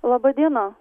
laba diena